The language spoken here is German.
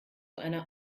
einer